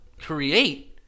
create